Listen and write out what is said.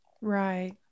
Right